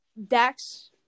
Dax